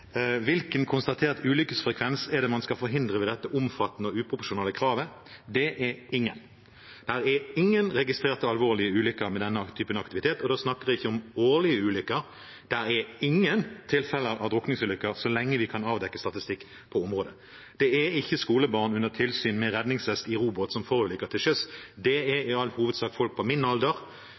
kravet? Det er ingen. Det er ingen registrerte alvorlige ulykker med denne typen aktivitet. Og da snakker jeg ikke om årlige ulykker, det er ingen tilfeller av drukningsulykker så langt vi kan avdekke statistikk på området. Det er ikke skolebarn under tilsyn med redningsvest i robåt som forulykker til sjøs. Det er i all hovedsak folk på min alder